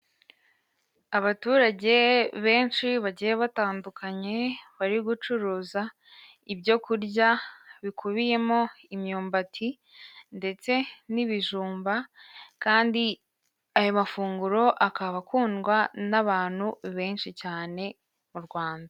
Abaturage benshi bagiye batandukanye, bari gucuruza ibyo kurya bikubiyemo imyumbati ndetse n'ibijumba kandi ayo mafunguro akaba akundwa n'abantu benshi cyane mu Rwanda.